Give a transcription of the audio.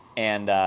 and,